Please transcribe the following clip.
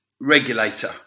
regulator